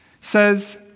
says